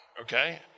Okay